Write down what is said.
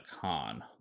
con